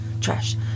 trash